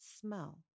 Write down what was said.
smell